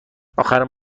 آخرین